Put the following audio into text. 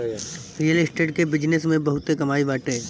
real estate के business में बहुते कमाई बाटे